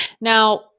Now